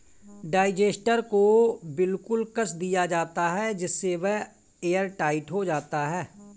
digester को बिल्कुल कस दिया जाता है जिससे वह एयरटाइट हो जाता है